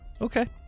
Okay